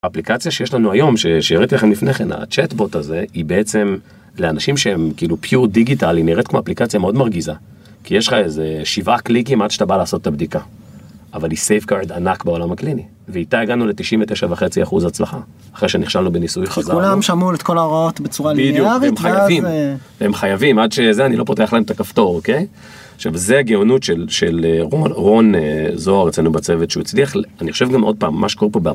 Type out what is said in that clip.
אפליקציה שיש לנו היום שהראיתי לכם לפני כן, הצ'אטבוט הזה, היא בעצם לאנשים שהם כאילו פיור דיגיטל היא נראית כמו אפליקציה מאוד מרגיזה כי יש לך איזה שבעה קליקים עד שאתה בא לעשות את הבדיקה אבל היא סייף גארד ענק בעולם הקליני ואיתה הגענו לתשעים ותשע וחצי אחוז הצלחה אחרי שנכשלנו בניסוי חזרה, הם חייבים עד שזה אני לא פותח להם את הכפתור אוקיי עכשיו זה הגאונות של רון זוהר אצלנו בצוות שהוא הצליח אני חושב גם עוד פעם מה שקורה פה,